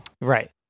Right